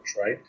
right